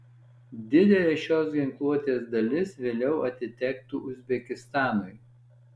didelė šios ginkluotės dalis vėliau atitektų uzbekistanui